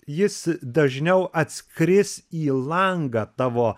jis dažniau atskris į langą tavo